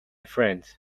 friend